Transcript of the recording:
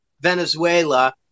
Venezuela